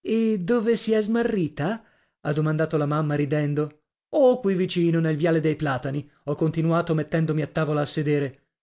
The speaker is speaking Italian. e dove si è smarrita ha domandato la mamma ridendo oh qui vicino nel viale dei platani ho continuato mettendomi a tavola a sedere